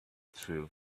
through